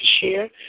share